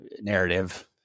narrative